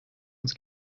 uns